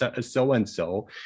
so-and-so